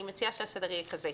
אני מציעה שהסדר יהיה כזה.